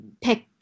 pick